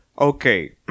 okay